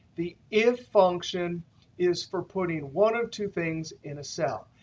the if function is for putting one of two things in a cell.